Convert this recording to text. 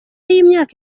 y’imyaka